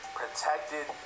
protected